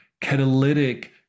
catalytic